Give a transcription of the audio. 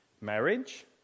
Marriage